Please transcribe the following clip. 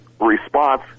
response